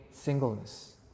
Singleness